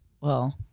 Well-